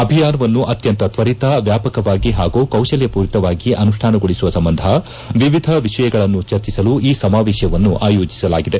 ಅಭಿಯಾನವನ್ನು ಅತ್ಯಂತ ತ್ತರಿತ ವ್ನಾಪಕವಾಗಿ ಹಾಗೂ ಕೌಶಲ್ತಪೂರಿತವಾಗಿ ಅನುಷ್ಠಾನಗೊಳಿಸುವ ಸಂಬಂಧ ವಿವಿಧ ವಿಷಯಗಳನ್ನು ಚರ್ಚಿಸಲು ಈ ಸಮಾವೇಶವನ್ನು ಆಯೋಜಿಸಲಾಗಿದೆ